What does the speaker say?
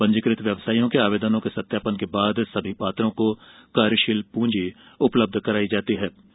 पंजीकृत व्यवसाइयों के आवेदनों के सत्यापन के बाद सभी पात्रों को कार्यशील पूँजी उपलब्ध कराई जायेगी